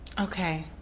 Okay